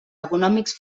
econòmics